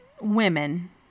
women